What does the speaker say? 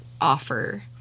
offer